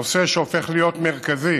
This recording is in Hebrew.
נושא שהופך להיות מרכזי